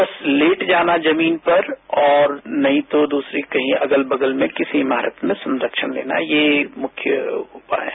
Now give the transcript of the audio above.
बस लेट जाना जमीन पर और नहीं तो दूसरी कहीं अलग बगल में किसी इमारतमें संरक्षण लेना ये मुख्य उपाय हैं